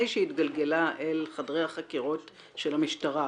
שהיא התגלגלה אל חדרי החקירות של המשטרה,